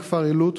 מהכפר עילוט,